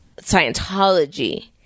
Scientology